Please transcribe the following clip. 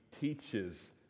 teaches